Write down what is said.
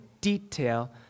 detail